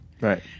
Right